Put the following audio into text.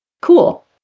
cool